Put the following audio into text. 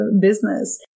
business